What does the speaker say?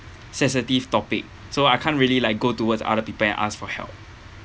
sensitive topic so I can't really like go towards other people and ask for help